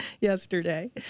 yesterday